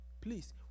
please